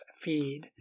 feed